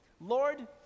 Lord